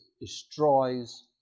destroys